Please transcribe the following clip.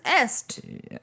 est